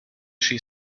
she